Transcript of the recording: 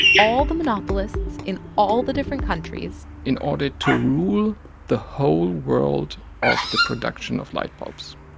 all the monopolists in all the different countries. in order to rule the whole world of the production of light bulbs